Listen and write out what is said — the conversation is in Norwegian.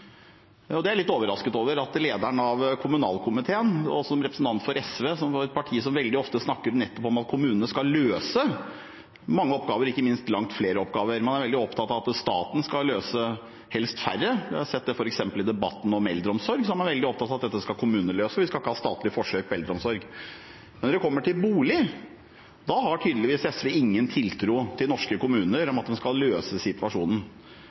Det er jeg litt overrasket over at lederen av kommunalkomiteen sier, som er representant for SV, et parti som veldig ofte snakker nettopp om at kommunene skal løse mange oppgaver og ikke minst langt flere oppgaver, og man er veldig opptatt av at staten skal løse helst færre oppgaver. Vi har sett det f.eks. i debatten om eldreomsorg, hvor man er veldig opptatt av at dette skal kommunene løse, vi skal ikke ha statlige forsøk på eldreomsorg. Men når det kommer til bolig, har SV tydeligvis ingen tiltro til at norske kommuner skal løse situasjonen.